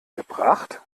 gebracht